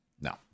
no